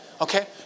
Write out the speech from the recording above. Okay